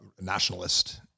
nationalist